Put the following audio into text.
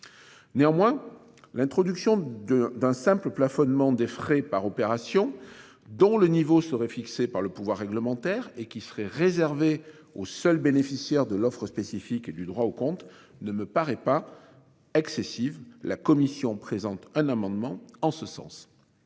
Néanmoins, l'introduction de d'un simple plafonnement des frais par opération dont le niveau serait fixé par le pouvoir réglementaire et qui serait réservé aux seuls bénéficiaires de l'offre spécifique et du droit au compte ne me paraît pas excessive la commission présente un amendement en ce sens.